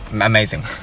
Amazing